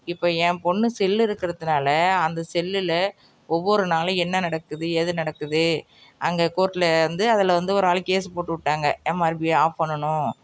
இப்போ என் பொண்ணு செல்லு இருக்கிறதுனால அந்த செல்லில் ஒவ்வொரு நாளும் என்ன நடக்குது ஏது நடக்குது அங்கே கோர்ட்டில் வந்து அதில் வந்து ஒரு ஆள் கேஸு போட்டு விட்டாங்க எம்ஆர்பியை ஆஃப் பண்ணணும்